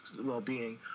well-being